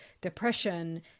depression